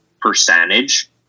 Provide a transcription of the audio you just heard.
percentage